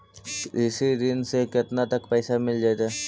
कृषि ऋण से केतना तक पैसा मिल जइतै?